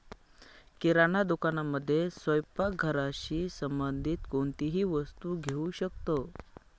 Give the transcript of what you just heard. किराणा दुकानामध्ये स्वयंपाक घराशी संबंधित कोणतीही वस्तू घेऊ शकतो